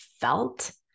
felt